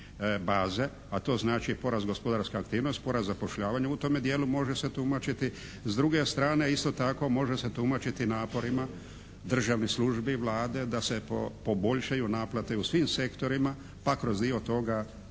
a to znači porast gospodarska aktivnost, porast zapošljavanja u tome dijelu može se tumačiti. S druge strane isto tako može se tumačiti naporima državnih službi, Vlade, da se poboljšaju naplate u svim sektorima pa kroz dio toga